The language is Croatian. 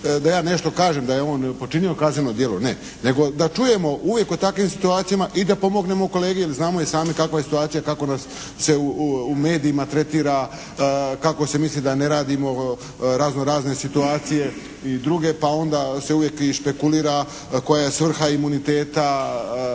da ja nešto kažem da je on počinio kazneno djelo. Ne, nego da čujemo uvijek u takvim situacijama i da pomognemo kolegi jer znamo i sami kakva je situacija, kako nas se u medijima tretira, kako se misli da ne radimo razno razne situacije i druge, pa onda se uvijek i špekulira koja je svrha imuniteta.